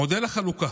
מודל החלוקה